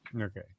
Okay